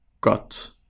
got